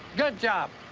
good job.